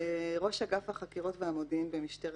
"(2)ראש אגף החקירות והמודיעין במשטרת